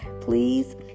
Please